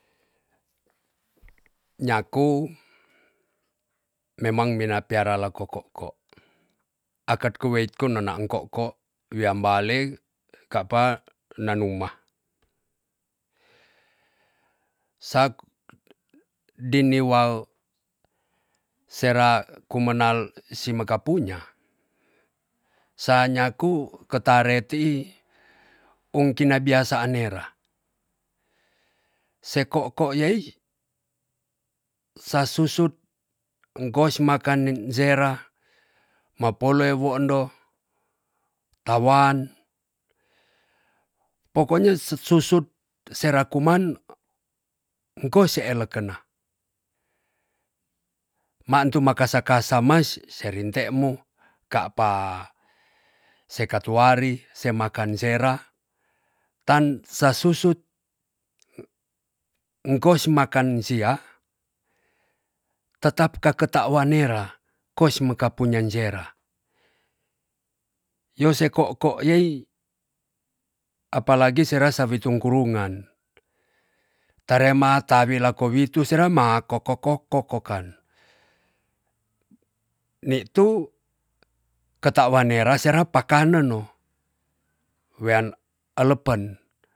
Nyaku memang mina piara la ko'ko ko. akat kuweitku naan ko'ko wian bale ka pa nanuma. s dinuwa sera kumenal simeka punya, sa nyaku ketare ti'i unkina biasaan nera. seko'ko yai sa susut enkos makanen sera mapole woendo tawan pokonya se susut sera kuman enkos se elekena. maan tu makasa makasa mas se rintemu ka pa se katuari se makan sera tan sasusut enkos makan sia tetap keke takwan nera kos mekan punya sera. yose ko'ko yaai apalagi serasa witung kurungan tarema tawilako witu sera ma koko koko kokan ni tu ketawan sera pakenan no wean elepen.